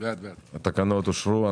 הצבעה התקנות אושרו.